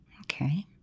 okay